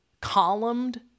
columned